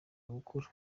gukura